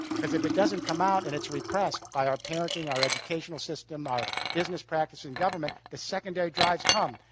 cause if it doesn't come out and it's repressed by our parenting, our educational system, our business practice, and government, the secondary drives come,